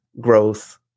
growth